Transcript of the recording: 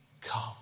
Come